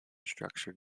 structured